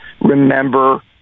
remember